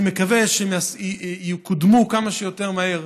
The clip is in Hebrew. אני מקווה שיקודמו כמה שיותר מהר,